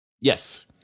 Yes